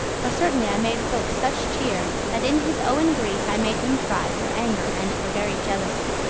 but certainly i made folk such cheer, that in his owen grease i made him fry for anger, and for very jealousy.